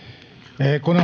kun